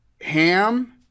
ham